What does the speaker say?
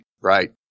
right